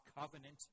covenant